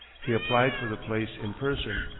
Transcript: he applied for the place in person.